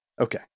okay